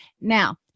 Now